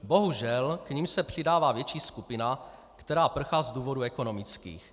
Bohužel, k nim se přidává větší skupina, která prchá z důvodů ekonomických.